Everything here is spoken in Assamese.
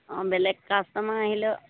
অঁ বেলেগ কাষ্টমাৰ আহিলেও